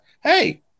Hey